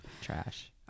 trash